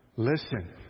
Listen